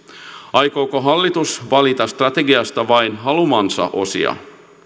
aikooko hallitus valita strategiasta vain haluamiansa osia